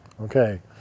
Okay